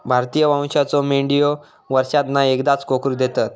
भारतीय वंशाच्यो मेंढयो वर्षांतना एकदाच कोकरू देतत